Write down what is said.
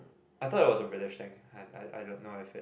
I thought it was a British thing I I I don't know if it